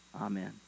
Amen